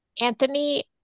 Anthony